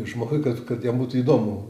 žmogui kad kad jam būtų įdomu